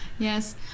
Yes